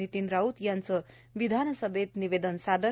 नितीन राऊत यांचे विधानसभेत निवेदन सादर